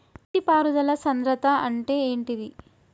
నీటి పారుదల సంద్రతా అంటే ఏంటిది?